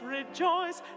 rejoice